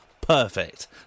perfect